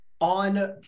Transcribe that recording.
on